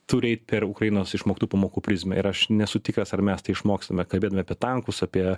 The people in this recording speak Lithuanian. turi eit per ukrainos išmoktų pamokų prizmę ir aš nesu tikras ar mes tai išmoksime kalbėdami apie tankus apie